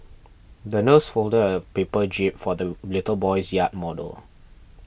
the nurse folded a paper jib for the little boy's yacht model